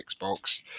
Xbox